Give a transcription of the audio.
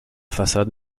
façade